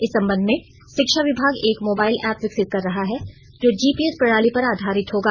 इस संबंध में शिक्षा विभाग एक मोबाईल एप्प विकसित कर रहा है जो जीपीएस प्रणाली पर आधारित होगा